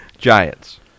giants